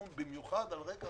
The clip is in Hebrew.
במיוחד על רקע